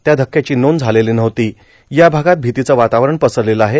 त्या धक्क्याची नोंद झालेलों नव्हती या भागात भीतीच वातावरण पसरलेलं आहे